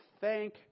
Thank